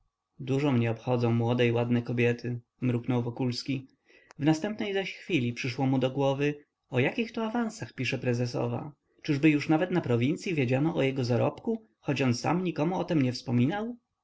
dużo mnie obchodzą młode i ładne kobiety mruknął wokulski w następnej zaś chwili przyszło mu na myśl o jakich to awansach pisze prezesowa czyby już nawet na prowincyi wiedziano o jego zarobku choć sam nikomu o tem nie wspomniał